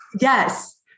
Yes